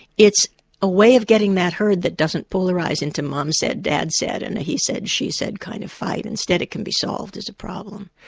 it's a way of getting that heard that doesn't polarise into mum said dad said and he said she said kind of fight instead it can be solved as a problem.